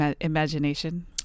imagination